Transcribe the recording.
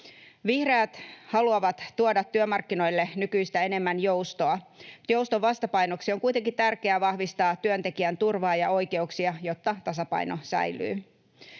Vihreät haluavat tuoda työmarkkinoille nykyistä enemmän joustoa. Jouston vastapainoksi on kuitenkin tärkeää vahvistaa työntekijän turvaa ja oikeuksia, jotta tasapaino säilyy.